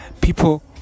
people